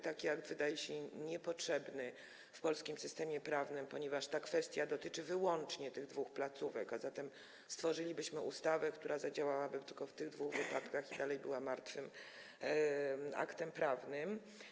Taki akt wydaje się niepotrzebny w polskim systemie prawnym, ponieważ ta kwestia dotyczy wyłącznie tych dwóch placówek, a zatem stworzylibyśmy ustawę, która zadziałałaby tylko w tych dwóch wypadkach, a dalej byłaby martwym aktem prawnym.